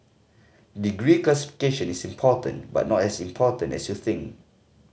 degree classification is important but not as important as you think